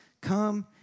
Come